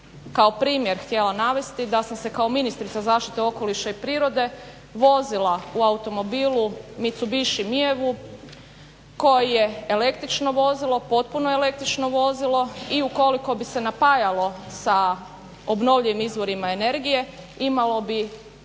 kao primjer htjela navesti da sam se kao ministrica zaštite okoliša i prirode vozila u automobilu Mitsubishi i-MiEV-u koji je električno vozilo, potpuno električno vozilo i ukoliko bi se napajalo sa obnovljivim izvorima energije imalo bi